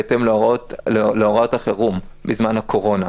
בהתאם להוראות החירום בזמן הקורונה.